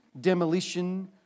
demolition